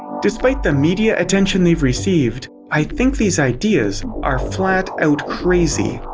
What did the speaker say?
despite the media attention they've received, i think these ideas are flat-out crazy.